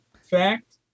fact